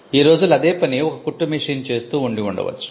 ఈ రోజుల్లో అదే పని ఒక కుట్టు మెషిన్ చేస్తూ ఉండి ఉండవచ్చు